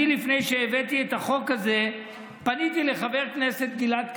לפני שהבאתי את החוק הזה פניתי לחבר הכנסת גלעד קריב,